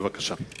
בבקשה.